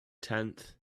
tenth